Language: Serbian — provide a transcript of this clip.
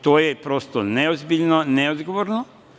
To je prosto neozbiljno, neodgovorno.